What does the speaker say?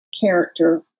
character